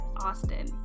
Austin